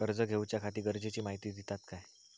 कर्ज घेऊच्याखाती गरजेची माहिती दितात काय?